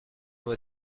vois